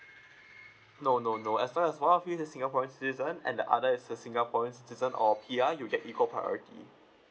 no no no as long as one of you is a singaporean citizen and the other is a singaporean citizen or a P_R you'll get equal priority